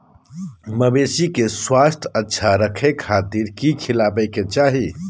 मवेसी के स्वास्थ्य अच्छा रखे खातिर की खिलावे के चाही?